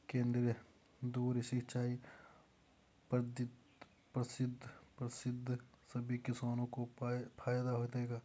केंद्रीय धुरी सिंचाई पद्धति सभी किसानों को फायदा देगा